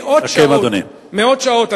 מאות שעות.